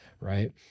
right